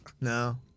no